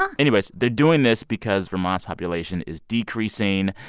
um anyways, they're doing this because vermont's population is decreasing.